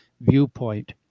viewpoint